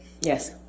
yes